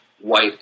white